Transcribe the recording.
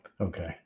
okay